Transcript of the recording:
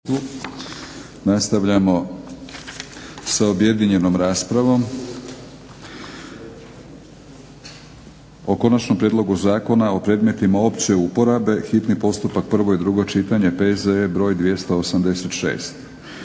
Nastavljamo sa objedinjenom raspravom o - Konačni prijedlog Zakona o predmetima opće uporabe, hitni postupak, prvo i drugo čitanje, P.Z.E. br. 286,